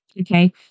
okay